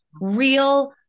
real